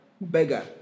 beggar